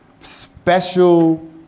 special